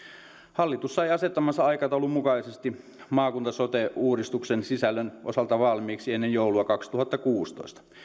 hallitus sai asettamansa aikataulun mukaisesti maakunta ja sote uudistuksen sisällön osalta valmiiksi ennen joulua kaksituhattakuusitoista